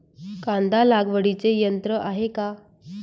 कांदा लागवडीचे यंत्र आहे का?